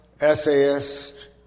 essayist